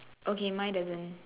okay my doesn't